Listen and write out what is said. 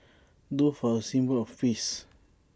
doves are A symbol of peace